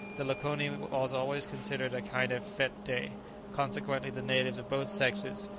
the lakoni was always considered a kind of fete-day consequently the natives of both sexes,